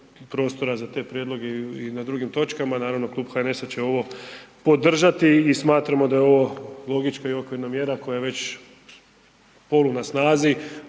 i na drugim točkama. Naravno Klub HNS-a će ovo podržati i smatramo da je ovo logička i okvirna mjera koja je već polu na snazi,